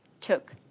Took